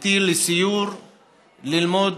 איתי לסיור ללמוד